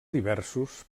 diversos